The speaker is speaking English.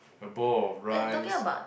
a bowl of rice